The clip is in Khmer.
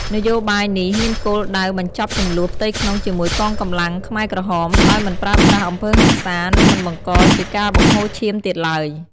នយោបាយនេះមានគោលដៅបញ្ចប់ជម្លោះផ្ទៃក្នុងជាមួយកងកម្លាំងខ្មែរក្រហម ដោយមិនប្រើប្រាស់អំពើហិង្សា និងមិនបង្កជាការបង្ហូរឈាមទៀតឡើយ។